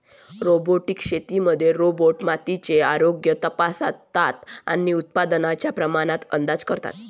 robotic शेतीमध्ये robot मातीचे आरोग्य तपासतात आणि उत्पादनाच्या प्रमाणात अंदाज करतात